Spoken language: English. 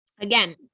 Again